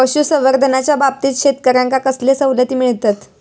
पशुसंवर्धनाच्याबाबतीत शेतकऱ्यांका कसले सवलती मिळतत?